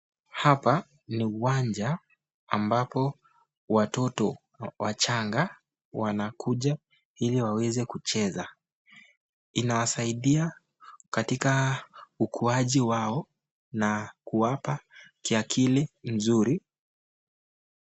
Hapa ni uwanja ambapo watoto wachanga wanakuja ili waweze kucheza, inawasaidia katika ukuaji wao na kuwapa kiakili mzuri.